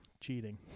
Cheating